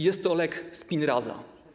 Jest to lek Spinraza.